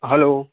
hello